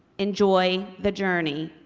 enjoy the journey.